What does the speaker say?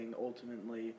ultimately